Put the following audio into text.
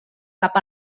cap